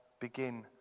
begin